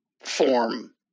form